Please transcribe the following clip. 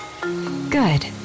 Good